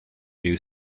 new